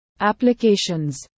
applications